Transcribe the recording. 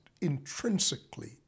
intrinsically